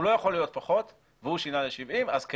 הוא לא יכול להיות פחות והוא שינה ל-70, אז כן.